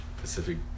Pacific